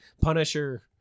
Punisher